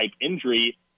injury